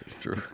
true